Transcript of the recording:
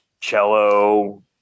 cello